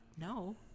no